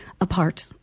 apart